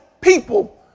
people